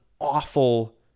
awful